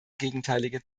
gegenteilige